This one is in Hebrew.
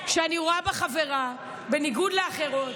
שאני רואה בך חברה, בניגוד לאחרות.